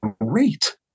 great